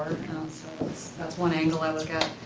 so that's one angle i look at.